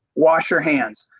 wash your hands.